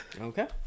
Okay